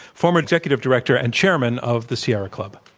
former executive director and chairman of the sierra club.